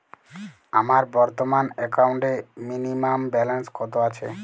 আমার বর্তমান একাউন্টে মিনিমাম ব্যালেন্স কত আছে?